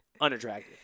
unattractive